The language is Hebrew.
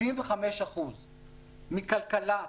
75% מכלכלה,